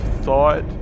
thought